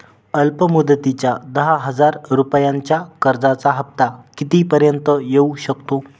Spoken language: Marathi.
अल्प मुदतीच्या दहा हजार रुपयांच्या कर्जाचा हफ्ता किती पर्यंत येवू शकतो?